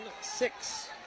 six